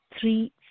three